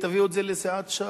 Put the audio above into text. תביאו את זה לסיעת ש"ס,